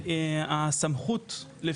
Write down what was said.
אי אפשר.